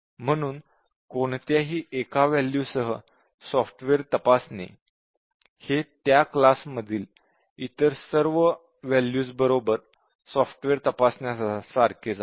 म्हणून कोणत्याही एका वॅल्यू सह सॉफ्टवेअर तपासणे हे त्या क्लास मधील इतर सर्व वॅल्यूज बरोबर सॉफ्टवेअर तपासण्या सारखेच आहे